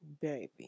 Baby